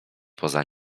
poza